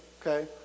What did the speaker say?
okay